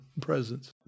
presence